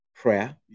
Prayer